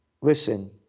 listen